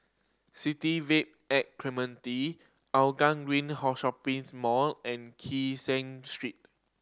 City Vibe at Clementi Hougang Green Shopping's Mall and Kee Seng Street